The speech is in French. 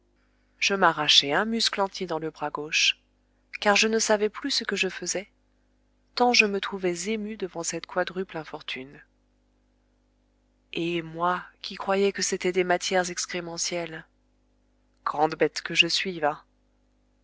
je m'arrachai un muscle entier dans le bras gauche car je ne savais plus ce que je faisais tant je me trouvais ému devant cette quadruple infortune et moi qui croyais que c'étaient des matières excrémentielles grande bête que je suis va